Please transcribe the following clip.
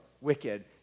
wicked